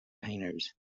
painters